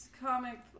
comic